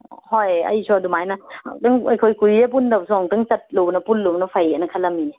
ꯍꯣꯏ ꯑꯩꯁꯨ ꯑꯗꯨꯃꯥꯏꯅ ꯑꯃꯨꯝ ꯑꯩꯈꯣꯏ ꯀꯨꯏꯔꯦ ꯄꯨꯟꯗꯕꯁꯨ ꯑꯃꯨꯛꯇꯪ ꯆꯠꯂꯨꯕꯅ ꯄꯨꯜꯂꯨꯕꯅ ꯐꯩꯑꯦꯅ ꯈꯂꯝꯃꯤꯅꯤ